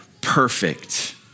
perfect